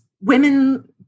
women